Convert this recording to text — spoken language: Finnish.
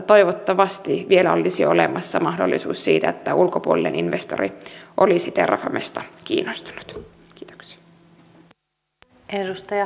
toivottavasti vielä olisi olemassa mahdollisuus että ulkopuolinen investori olisi terrafamesta kiinnostunut